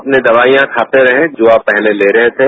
अपनी दवाइयां खाते रहें जो आप पहले ले रहे थे